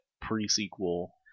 Pre-sequel